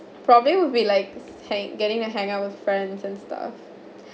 probably will be like hang getting a hang out with friends and stuff